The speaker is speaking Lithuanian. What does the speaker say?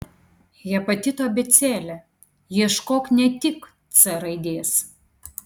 hepatito abėcėlė ieškok ne tik c raidės